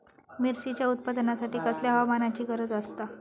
मिरचीच्या उत्पादनासाठी कसल्या हवामानाची गरज आसता?